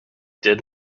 did